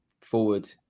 forward